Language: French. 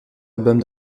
albums